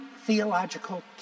theological